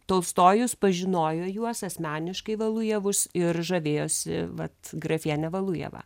tolstojus pažinojo juos asmeniškai valujevus ir žavėjosi vat grafiene valujeva